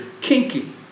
kinky